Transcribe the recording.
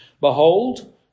Behold